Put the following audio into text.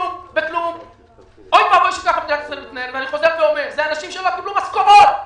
מדובר באנשים שלא קיבלו משכורות.